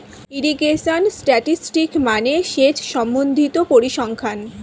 irrigation statistics মানে সেচ সম্বন্ধিত পরিসংখ্যান